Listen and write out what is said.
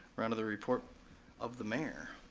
round of the report of the mayor.